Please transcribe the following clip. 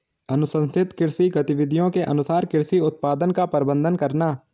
अनुशंसित कृषि गतिविधियों के अनुसार कृषि उत्पादन का प्रबंधन करना